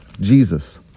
Jesus